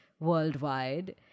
worldwide